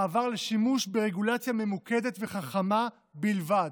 מעבר לשימוש ברגולציה ממוקדת וחכמה בלבד.